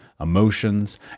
emotions